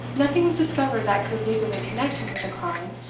nothing was discovered that could legally connect him with the crime,